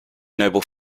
noble